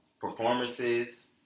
Performances